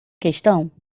questão